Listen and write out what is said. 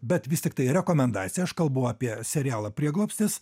bet vis tiktai rekomendacija aš kalbu apie serialą prieglobstis